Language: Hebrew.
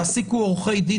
תעסיקו עורכי דין?